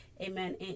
amen